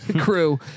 crew